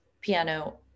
piano